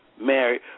married